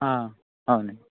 అవునండి